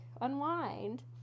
unwind